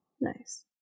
nice